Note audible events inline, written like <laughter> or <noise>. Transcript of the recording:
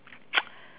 <noise>